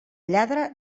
lladre